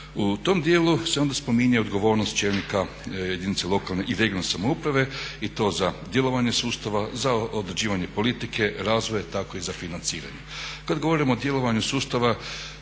U tom dijelu se onda spominje odgovornost čelnika jedinice lokalne i regionalne samouprave i to za djelovanje sustava, za određivanje politike razvoja, tako i za financiranje.